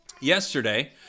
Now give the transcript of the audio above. Yesterday